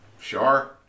sure